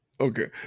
Okay